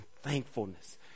thankfulness